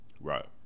Right